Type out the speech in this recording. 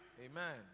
Amen